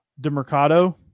DeMercado